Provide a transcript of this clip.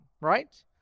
right